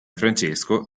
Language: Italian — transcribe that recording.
francesco